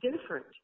different